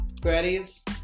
queries